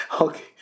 Okay